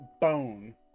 bone